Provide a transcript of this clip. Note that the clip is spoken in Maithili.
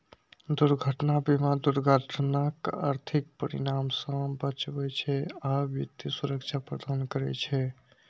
दुर्घटना बीमा दुर्घटनाक आर्थिक परिणाम सं बचबै छै आ वित्तीय सुरक्षा प्रदान करै छै